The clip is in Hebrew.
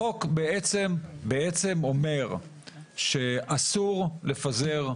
החוק בעצם אומר שאסור לפזר רעל.